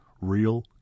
Real